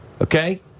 Okay